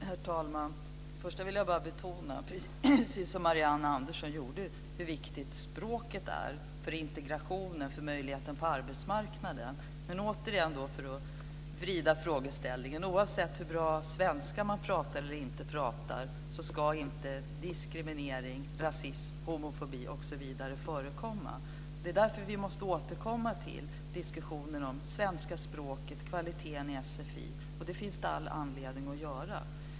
Herr talman! Först vill jag betona, precis som Marianne Andersson gjorde, hur viktigt språket är för integrationen och för möjligheterna på arbetsmarknaden. Men återigen vill jag vrida frågeställningen. Oavsett hur bra eller dålig svenska man pratar ska inte diskriminering, rasism, homofobi osv. förekomma. Det är därför vi måste återkomma till diskussion om det svenska språket och kvaliteten i sfi, och det finns det all anledning att göra.